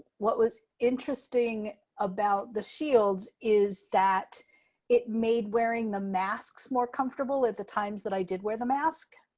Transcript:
what was interesting about the shields, is that it made wearing the masks more comfortable at the times that i did wear the mask,